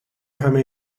همه